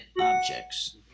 objects